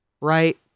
right